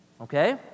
okay